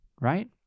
right